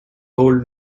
old